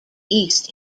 east